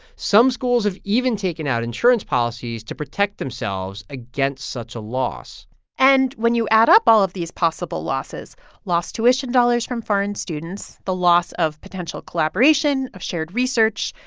some schools have even taken out insurance policies to protect themselves against such a loss and when you add up all of these possible losses lost tuition dollars from foreign students the loss of potential collaboration, of shared research,